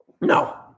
No